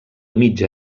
mitja